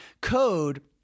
code